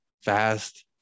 fast –